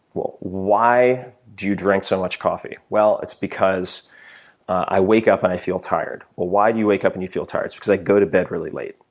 well, why do you drink so much coffee? well, it's because i wake up and i feel tired. well, why do you wake up and you feel tired? because i go to bed really late.